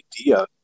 idea